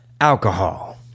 alcohol